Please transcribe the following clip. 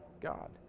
God